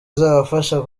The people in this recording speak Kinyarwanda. izabafasha